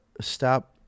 stop